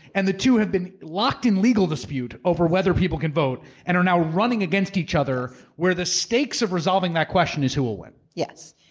and the two have been locked in legal dispute over whether people can vote and are now running against each other where the stakes of resolving that question is, who will win? yes.